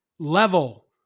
level